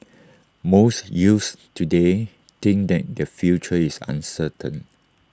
most youths today think that their future is uncertain